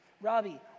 Robbie